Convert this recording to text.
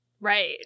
right